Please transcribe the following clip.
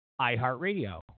iHeartRadio